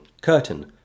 curtain